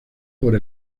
por